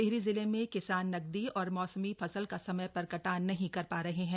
टिहरी जिले में किसान नकदी और मौसमी फसल का समय पर कटान नहीं कर पा रहे हैं